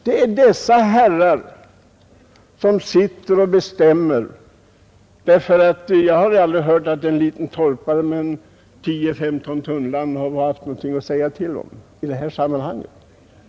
Det är dessa herrar som sitter och bestämmer; jag har aldrig hört att en liten torpare med 10—15 tunnland haft någonting att säga till om i detta sammanhang.